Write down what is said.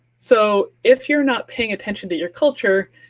so if you're not paying attention to your culture,